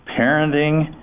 parenting